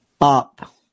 up